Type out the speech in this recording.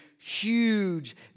huge